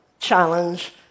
challenge